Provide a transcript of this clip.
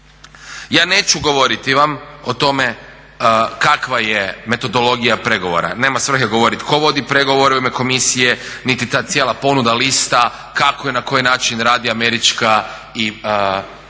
Ja neću govorit vam o tome kakva je metodologija pregovora, nema svrhe govoriti ko vodi pregovore u ime Komisije, niti ta cijela ponuda, lista kako i na koji način radi američka i europska